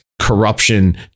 corruption